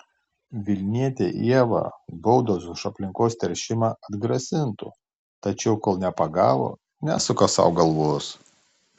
vilnietę ievą baudos už aplinkos teršimą atgrasintų tačiau kol nepagavo nesuka sau galvos